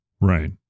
Right